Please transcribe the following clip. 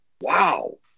Wow